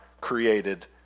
created